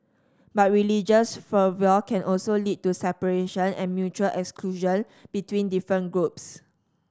but religious fervour can also lead to separation and mutual exclusion between different groups